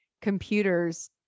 computers